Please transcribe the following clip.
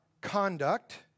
conduct